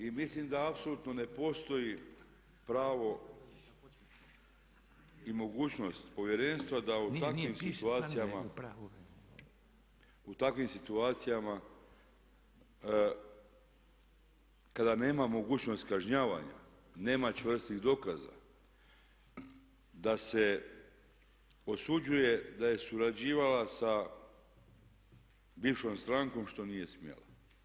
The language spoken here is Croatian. I mislim da apsolutno ne postoji pravo i mogućnost povjerenstva da u takvim situacijama kada nema mogućnost kažnjavanja, nema čvrstih dokaza da se osuđuje da je surađivala sa bivšom strankom što nije smjela.